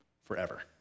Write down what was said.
forever